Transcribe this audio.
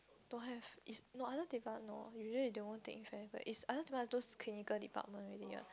don't have is no other department no usually they won't take in but is other department is those clinical department already what